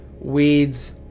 Weeds